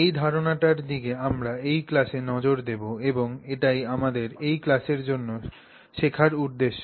এই ধারণাটির দিকে আমরা এই ক্লাসে নজর দেব এবং এটাই আমাদের এই ক্লাসের জন্য শেখার উদ্দেশ্য